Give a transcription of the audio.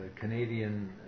Canadian